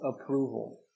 approval